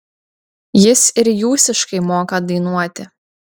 jis ir jūsiškai moka dainuoti